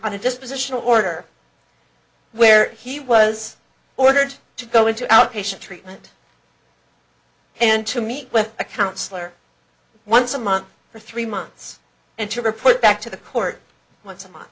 a dispositional order where he was ordered to go into outpatient treatment and to meet with a counsellor once a month for three months and to report back to the court once a month